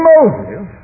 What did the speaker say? Moses